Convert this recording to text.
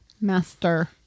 master